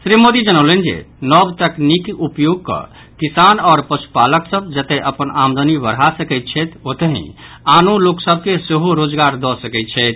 श्री मोदी जनौलनि जे नव तकनीक उपयोग कऽ किसान आओर पशुपालक सभ जतय अपन आमदनी बढ़ा सकैत छथि ओतहि आनो लोक सभ के सेहो रोजगार दऽ सकैत छथि